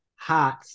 hot